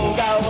go